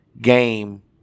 game